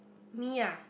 me ah